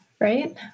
right